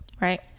right